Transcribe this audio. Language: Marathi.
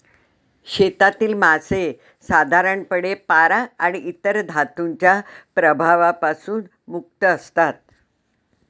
शेतातील मासे साधारणपणे पारा आणि इतर धातूंच्या प्रभावापासून मुक्त असतात